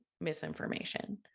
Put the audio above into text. misinformation